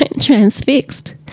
transfixed